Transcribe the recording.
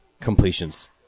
completions